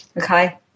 okay